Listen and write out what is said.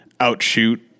outshoot